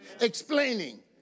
explaining